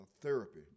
therapy